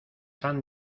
han